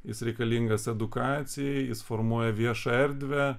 jis reikalingas edukacijai jis formuoja viešąją erdvę